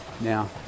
Now